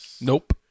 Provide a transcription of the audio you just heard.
nope